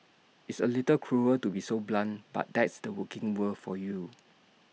it's A little cruel to be so blunt but that's the working world for you